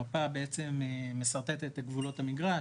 המפה משרטטת את גבולות המגרש,